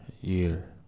year